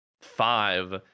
five